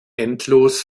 endlos